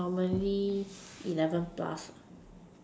normally eleven plus lah